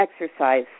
exercise